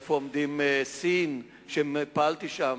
איפה עומדת סין, שפעלתי שם?